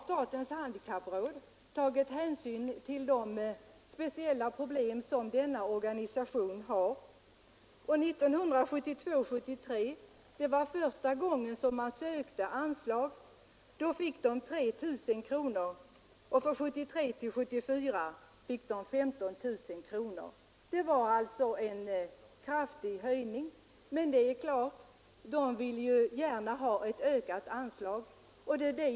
Statens handikappråd har tagit hänsyn till de speciella problem som Föreningen Sveriges dövblinda har. För 1972 74 fick man 15 000 kronor. Det var alltså en kraftig ökning. Men det är klart att man gärna vill ha ett ökat anslag.